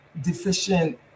deficient